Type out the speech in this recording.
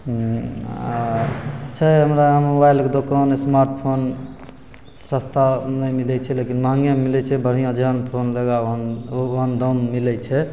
आओर छै हमरा मोबाइलके दोकान इस्मार्ट फोन सस्ता नहि मिलै छै लेकिन महगे मिलै छै बढ़िआँ जेहन फोन लेबै ओहन ओहन दाममे मिलै छै